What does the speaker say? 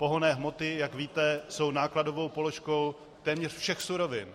Pohonné hmoty, jak víte, jsou nákladovou položkou téměř všech surovin.